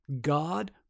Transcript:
God